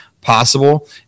possible